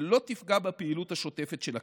טכנית שלא תפגע בפעילות השוטפת של הקרן.